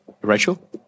Rachel